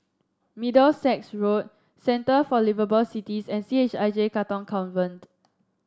Middlesex Road Centre for Liveable Cities and C H I J Katong Convent